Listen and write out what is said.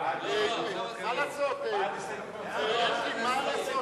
סעיף 1 נתקבל.